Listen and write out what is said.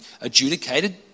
adjudicated